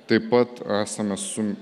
taip pat esame su